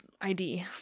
ID